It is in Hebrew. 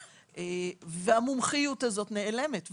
והמומחיות הזו נעלמת.